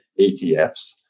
ETFs